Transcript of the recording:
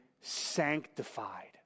sanctified